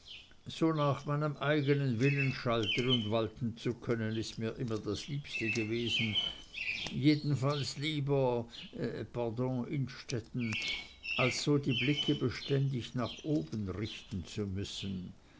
so nach meinem eigenen willen schalten und walten zu können ist mir immer das liebste gewesen jedenfalls lieber pardon innstetten als so die blicke beständig nach oben richten zu müssen